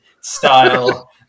style